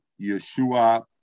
Yeshua